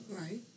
Right